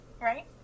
right